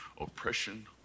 oppression